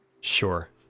Sure